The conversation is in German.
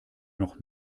noch